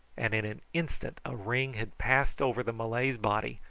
and in an instant a ring had passed over the malay's body,